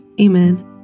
Amen